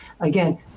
Again